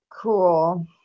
Cool